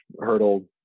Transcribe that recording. hurdle